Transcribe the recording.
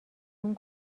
اون